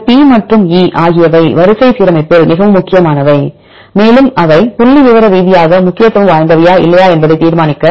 இந்த P மற்றும் E ஆகியவை வரிசை சீரமைப்பில் மிகவும் முக்கியமானவை மேலும் அவை புள்ளிவிவர ரீதியாக முக்கியத்துவம் வாய்ந்தவையா இல்லையா என்பதை தீர்மானிக்க